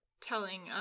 telling